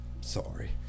Sorry